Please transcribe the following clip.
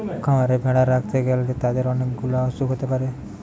খামারে ভেড়া রাখতে গ্যালে তাদের অনেক গুলা অসুখ হতে পারে